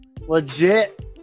legit